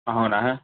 అవునా